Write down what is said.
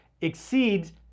exceeds